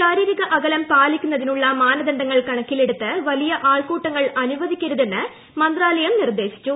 ശാരീരിക അകലം പാലിക്കുന്നതിനുള്ള മാനദണ്ഡങ്ങൾ കണക്കിലെടുത്ത് വലിയ ആൾക്കൂട്ടങ്ങൾ അനുവദിക്കരുതെന്ന് മന്ത്രാലയം നിർദ്ദേശിച്ചു